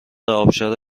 آبشار